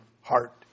heart